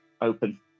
open